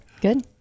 Good